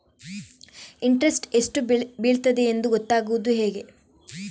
Interest ಎಷ್ಟು ಬೀಳ್ತದೆಯೆಂದು ಗೊತ್ತಾಗೂದು ಹೇಗೆ?